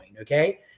okay